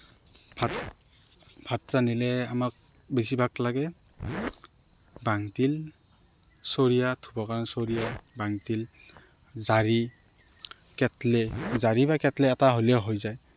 ভাত ভাত ৰান্ধিলে আমাক বেছি ভাগ লাগে বাল্টিং চৰিয়া থব কাৰণে চৰিয়া বাল্টিং জাৰি কেটলি জাৰি বা কেটলি এটা হ'লেও হৈ যায়